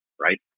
right